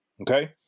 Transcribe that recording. Okay